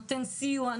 נותן סיוע,